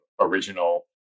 original